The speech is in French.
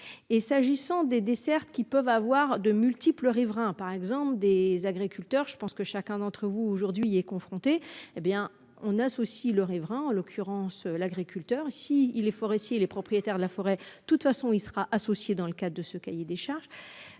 Et s'agissant des dessertes qui peuvent avoir de multiples riverains par exemple des agriculteurs, je pense que chacun d'entre vous, aujourd'hui il est confronté. Hé bien on a aussi le riverain, en l'occurrence l'agriculteur si il les forestiers, les propriétaires de la forêt de toute façon il sera associé dans le cas de ce cahier des charges.